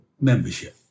membership